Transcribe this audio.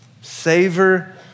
Savor